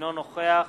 אינו נוכח